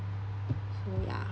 so ya